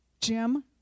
Jim